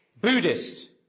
Buddhist